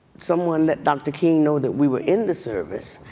someone that dr. king know that we were in the service,